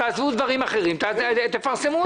תעזבו דברים אחרים ותפרסמו את זה.